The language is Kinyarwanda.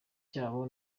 cyabo